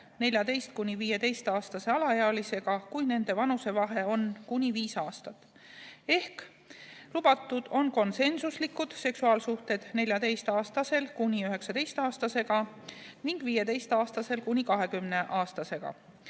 14–15‑aastase alaealisega, kui nende vanusevahe on kuni viis aastat. Ehk lubatud on konsensuslikud seksuaalsuhted 14‑aastasel kuni 19‑aastasega